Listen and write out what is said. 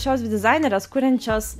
šios dvi dizainerės kuriančios